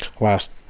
last